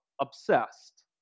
obsessed